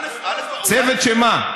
צוות שמה?